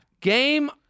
Game